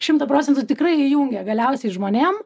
šimtu procentų tikrai įjungia galiausiai žmonėm